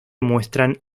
muestran